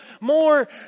more